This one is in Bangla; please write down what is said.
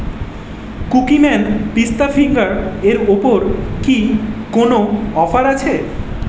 কুকিম্যান পিস্তা ফিঙ্গার এর ওপর কী কোনও অফার আছে